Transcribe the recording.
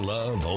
Love